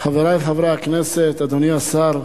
חברי חברי הכנסת, אדוני השר,